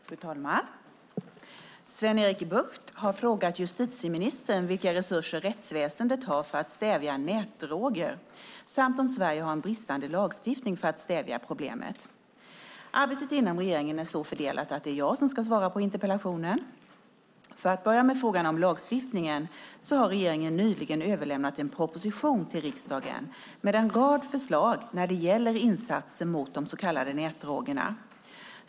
Fru talman! Sven-Erik Bucht har frågat justitieministern vilka resurser rättsväsendet har för att stävja nätdroger samt om Sverige har en bristande lagstiftning för att stävja problemet. Arbetet inom regeringen är så fördelat att det är jag som ska svara på interpellationen. För att börja med frågan om lagstiftningen så har regeringen nyligen överlämnat en proposition till riksdagen med en rad förslag när det gäller insatser mot de så kallade nätdrogerna.